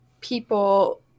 people